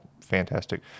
fantastic